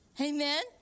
Amen